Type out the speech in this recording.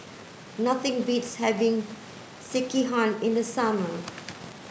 nothing beats having Sekihan in the summer